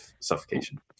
suffocation